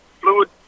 fluid